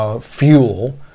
Fuel